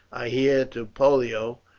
i hear, to pollio,